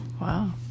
Wow